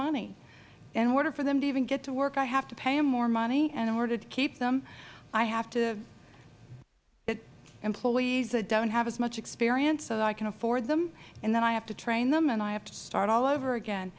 money in order for them to even get to work i have to pay them more money and in order to keep them i have to get employees that do not have as much experience so that i can afford them and then i have to train them and i have to start all over again